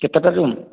କେତେଟା ରୁମ୍